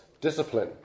discipline